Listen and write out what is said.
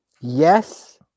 Yes